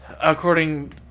According